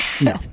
No